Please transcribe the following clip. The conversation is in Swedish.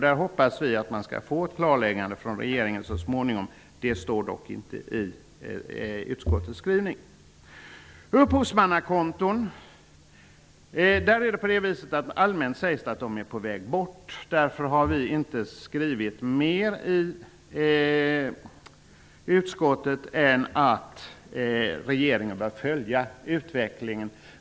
Vi hoppas att det skall komma ett klarläggande från regeringen så småningom. Det står dock inte i utskottets skrivning. Sedan var det frågan om upphovsmannakonton. Allmänt sägs det att de är på väg bort. Utskottet har inte framfört mer än att regeringen bör följa utvecklingen.